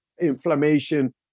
inflammation